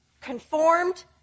conformed